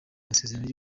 amasezerano